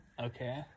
Okay